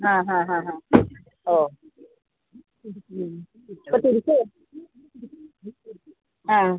ആ ഹാ ഹാ ഹാ ഓ തുരുത്ത് ആ